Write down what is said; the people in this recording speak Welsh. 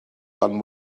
dan